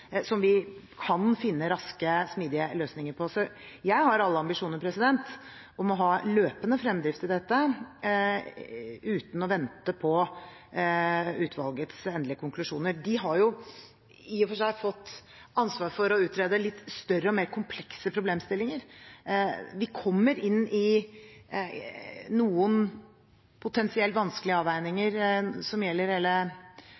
som vi kan finne raske, smidige løsninger på. Så jeg har alle ambisjoner om å ha løpende fremdrift i dette uten å vente på utvalgets endelige konklusjoner. De har i og for seg fått ansvar for å utrede litt større og mer komplekse problemstillinger. Vi kommer inn i noen potensielt vanskelige avveininger